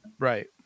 right